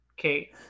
okay